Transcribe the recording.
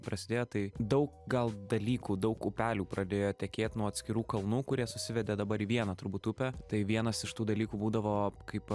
prasidėjo tai daug gal dalykų daug upelių pradėjo tekėt nuo atskirų kalnų kurie susivedė dabar į vieną turbūt upę tai vienas iš tų dalykų būdavo kaip